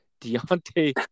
Deontay